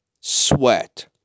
sweat